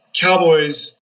Cowboys